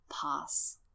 pass